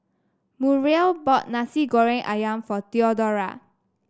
Muriel bought Nasi Goreng ayam for Theodora